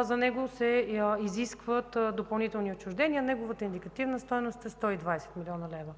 за него се изискват допълнителни отчуждения. Неговата индикативна стойност е 120 млн. лв.